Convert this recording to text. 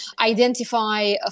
identify